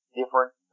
different